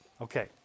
Okay